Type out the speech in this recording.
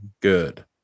good